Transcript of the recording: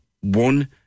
One